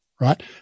right